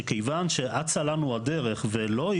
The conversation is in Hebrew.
שכיוון שאצה לנו הדרך ולא,